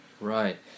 Right